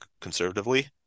conservatively